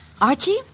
Archie